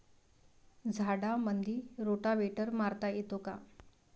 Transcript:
झाडामंदी रोटावेटर मारता येतो काय?